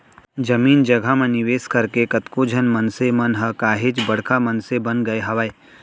जमीन जघा म निवेस करके कतको झन मनसे मन ह काहेच बड़का मनसे बन गय हावय